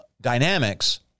dynamics